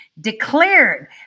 declared